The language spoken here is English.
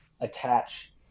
attach